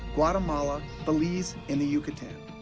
guatemala, belize, and the yucatan.